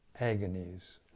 agonies